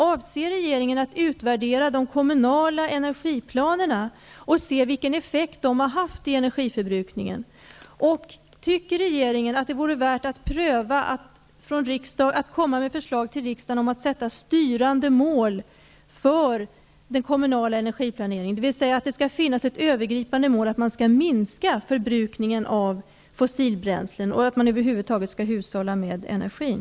Avser regeringen att utvärdera de kommunala energiplanerna och se vilken effekt de har haft på energiförbrukningen? Tycker regeringen att det vore värt att pröva att komma med förslag till riksdagen om att sätta upp styrande mål för den kommunala energiplaneringen? Det skulle i så fall finnas ett övergripande mål att förbrukningen av fossilbränslen skulle minska och att man över huvud taget skulle hushålla med energin.